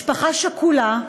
משפחה שכולה.